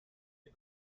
mir